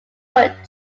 put